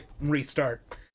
restart